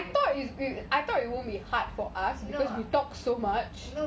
I thought it be I thought it won't be hard for us because we talk so much